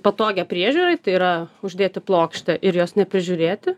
patogią priežiūrai tai yra uždėti plokštę ir jos neprižiūrėti